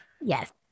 Yes